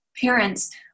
parents